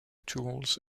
tools